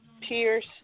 Pierce